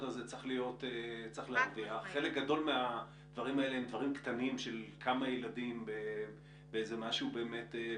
חלק מההורים הרימו את הכפפה והעברנו משהו ברשתות.